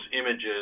images